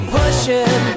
pushing